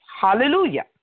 Hallelujah